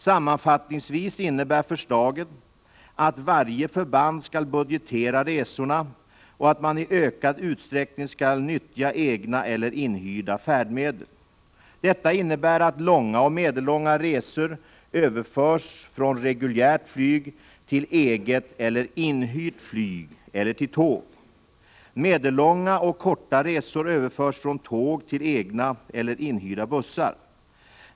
Sammanfattningsvis innebär förslagen att varje förband skall budgetera resorna och att man i ökad utsträckning skall nyttja egna eller inhyrda färdmedel. Detta innebär att långa och medellånga resor överförs från reguljärt flyg till eget eller inhyrt flyg eller till tåg. Medellånga och korta resor överförs från tåg till egna eller inhyrda bussar.